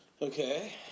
Okay